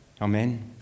Amen